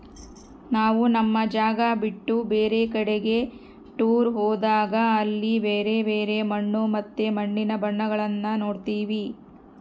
ನಾವು ನಮ್ಮ ಜಾಗ ಬಿಟ್ಟು ಬೇರೆ ಕಡಿಗೆ ಟೂರ್ ಹೋದಾಗ ಅಲ್ಲಿ ಬ್ಯರೆ ಬ್ಯರೆ ಮಣ್ಣು ಮತ್ತೆ ಮಣ್ಣಿನ ಬಣ್ಣಗಳನ್ನ ನೋಡ್ತವಿ